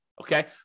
okay